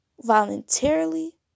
voluntarily